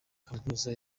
kaminuza